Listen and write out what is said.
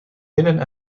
binnen